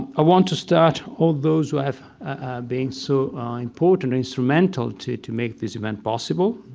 i want to start all those who have been so important, instrumental, to to make this event possible.